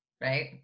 right